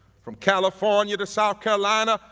from california to south carolina,